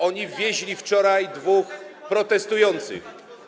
Oni wwieźli wczoraj dwóch protestujących.